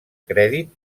crèdit